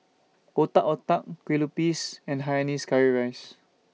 Otak Otak Kue Lupis and Hainanese Curry Rice